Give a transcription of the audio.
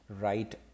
right